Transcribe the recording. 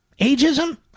Ageism